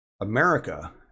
america